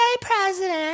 president